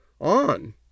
on